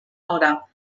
hora